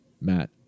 matt